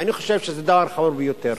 ואני חושב שזה דבר חמור ביותר.